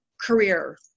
career